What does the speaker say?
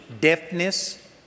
Deafness